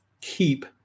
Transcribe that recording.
keep